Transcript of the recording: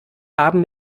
haben